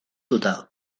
total